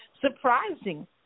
Surprising